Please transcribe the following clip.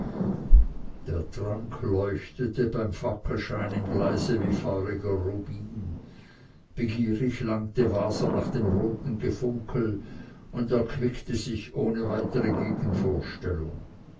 der trank leuchtete beim fackelscheine im glase wie feuriger rubin begierig langte waser nach dem roten gefunkel und erquickte sich ohne weitere